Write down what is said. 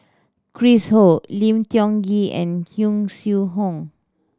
Chris Ho Lim Tiong Ghee and Yong Shu Hoong